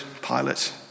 Pilate